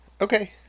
Okay